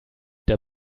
der